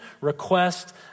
request